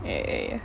ya ya ya